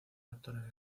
actores